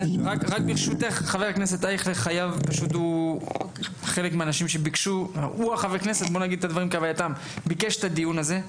רק ברשותך, חבר הכנסת אייכלר, ביקש את הדיון הזה.